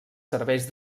serveis